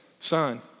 son